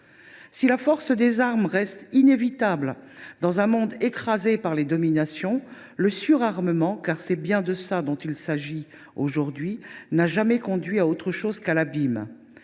si la force des armes reste inévitable dans un monde écrasé par les dominations, le surarmement – car c’est de cela qu’il s’agit – n’a jamais conduit à autre chose qu’à l’abîme.